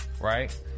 right